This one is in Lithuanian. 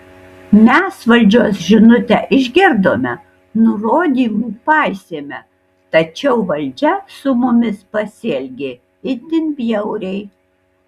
mes valdžios žinutę išgirdome nurodymų paisėme tačiau valdžia su mumis pasielgė itin bjauriai